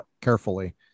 carefully